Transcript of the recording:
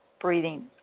breathing